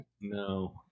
No